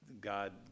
God